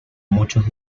muchos